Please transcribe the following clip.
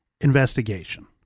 investigation